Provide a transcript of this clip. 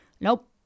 nope